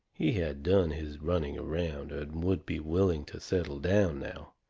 he had done his running around and would be willing to settle down now,